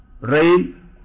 rain